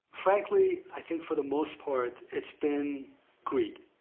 frankly, i think for the most part it's been greed,